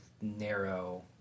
narrow